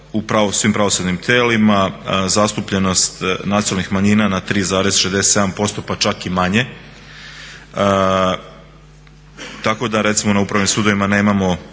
u svim pravosudnim tijelima zastupljenost nacionalnih manjina na 3,67% pa čak i manje tako da recimo na Upravnim sudovima nemamo